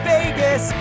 Vegas